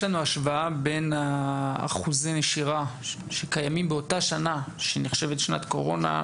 יש לנו השוואה בין אחוזי הנשירה שקיימים באותה שנה שנחשבת שנת קורונה,